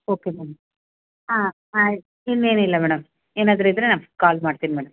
okay ma'am ಹಾಂ ಆಯ್ತು ಇನ್ನೇನಿಲ್ಲ ಮೇಡಮ್ ಏನಾದರೂ ಇದ್ದರೆ ನಾನು ಕಾಲ್ ಮಾಡ್ತೀನಿ ಮೇಡಮ್